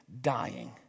dying